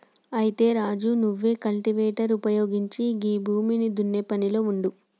అయితే రాజు నువ్వు కల్టివేటర్ ఉపయోగించి గీ భూమిని దున్నే పనిలో ఉండు